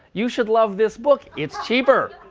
you should love this book. it's cheaper.